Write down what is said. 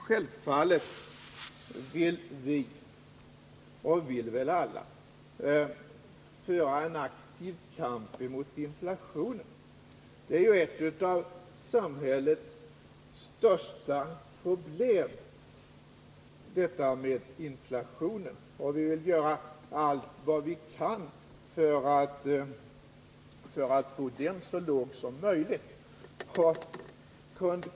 Självfallet vill vi och vill väl alla föra en aktiv kamp motiinflationen, som är ett av samhällets största problem. Vi vill göra allt vad vi kan för att få den så låg som möjligt.